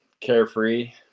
carefree